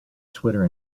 twitter